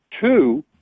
two